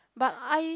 but I